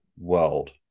world